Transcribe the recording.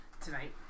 tonight